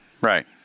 right